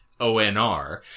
ONR